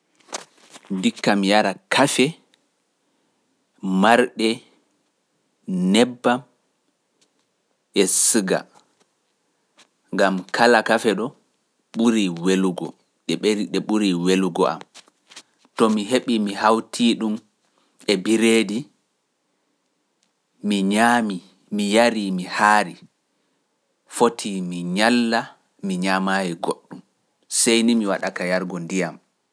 Ndikka mi yara kafe, marɗe, nebbam, e siga, ngam kala kafe ɗo ɓuri welugo, ɗe ɓuri welugo am. To mi heɓi mi hawtii ɗum e bireedi, mi ñaami, mi yari, mi haari, foti mi ñalla, mi ñamaayi goɗɗum, sey ni mi waɗaka yargo ndiyam.